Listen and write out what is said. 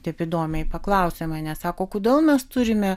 taip įdomiai paklausė manęs sako kodėl mes turime